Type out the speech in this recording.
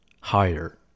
higher